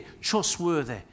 trustworthy